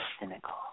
cynical